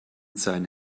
seinen